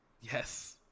Yes